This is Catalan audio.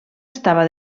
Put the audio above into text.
estava